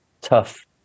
Tough